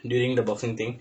during the boxing thing